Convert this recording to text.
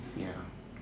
ya